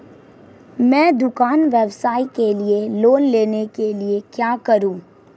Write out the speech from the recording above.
मैं दुकान व्यवसाय के लिए लोंन लेने के लिए क्या करूं?